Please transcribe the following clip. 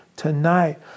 tonight